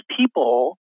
people